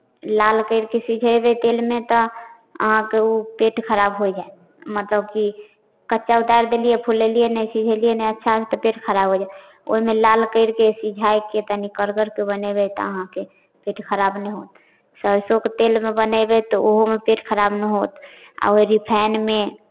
लाल करि कऽ सिझयबै तेलमे तऽ अहाँके ओ पेट खराब होइ जायत मतलबकि कच्चा उतारि देलियै फ़ुलेलियै नहि सिझेलियै नहि अच्छासँ तऽ पेट खराब हो जाइ हइ ओहिमे लाल करि कऽ सिझाइ कऽ तनी कड़गरके बनेबै तऽ अहाँके पेट खराब नहि होत सरसोके तेलमे बनेबै तऽ ओहोमे पेट खराब नहि होत आ ओ रिफाइनमे